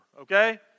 okay